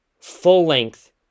full-length